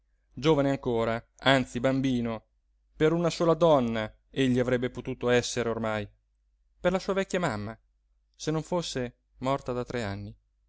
giovane ancora anzi bambino per una sola donna egli avrebbe potuto essere ormai per la sua vecchia mamma se non fosse morta da tre anni